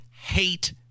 hate